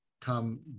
come